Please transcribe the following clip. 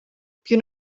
più